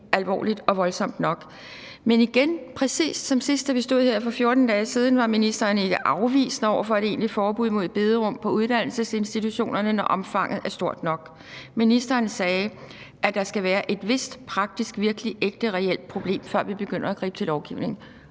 alvorligt og voldsomt nok. Men igen: Det er præcis som sidst, da vi stod her for 14 dage siden. Da var ministeren ikke afvisende over for et egentligt forbud mod bederum på uddannelsesinstitutionerne, når omfanget er stort nok, og ministeren sagde, at der skal være et vist praktisk, virkeligt, ægte, reelt problem, før man begynder at gribe til lovgivning,